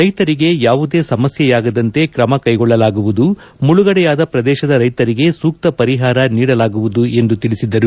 ರೈತರಿಗೆ ಯಾವುದೇ ಸಮಸ್ಥೆಯಾಗದಂತೆ ತ್ರಮ ಕೈಗೊಳ್ಳಲಾಗುವುದು ಮುಳುಗಡೆಯಾದ ಪ್ರದೇಶದ ರೈತರಿಗೆ ಸೂಕ್ತ ಪರಿಹಾರ ನೀಡಲಾಗುವುದು ಎಂದು ತಿಳಿಸಿದರು